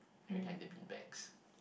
I like the bean bags